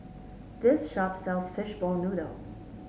this shop sells Fishball Noodle